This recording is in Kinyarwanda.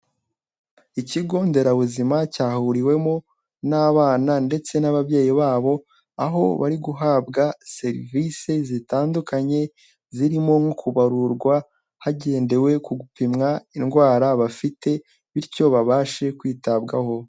Ikigo nderabuzima cyahuriwemo n'abana ndetse n'ababyeyi babo, aho bari guhabwa serivisi zitandukanye, zirimo nko kubarurwa hagendewe ku gupimwa indwara bafite, bityo babashe kwitabwaho.